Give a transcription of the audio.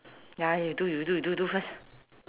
ya you do you do you do do first